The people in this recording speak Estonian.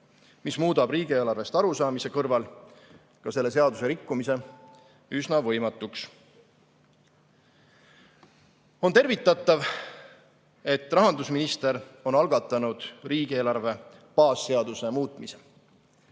mis muudab riigieelarvest arusaamise kõrval ka selle seaduse rikkumise üsna võimatuks. On tervitatav, et rahandusminister on algatanud riigieelarve baasseaduse muutmise.